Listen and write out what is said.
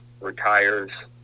retires